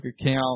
account